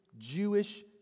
Jewish